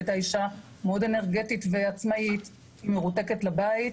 היא הייתה אישה מאוד אנרגטית ועצמאית ועכשיו היא מרותקת לבית.